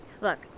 Look